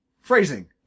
phrasing